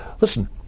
listen